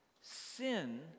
sin